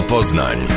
Poznań